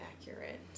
accurate